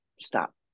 Stop